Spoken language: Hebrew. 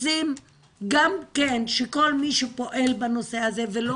רוצים גם כן שכל מי שפועל בנושא הזה ולא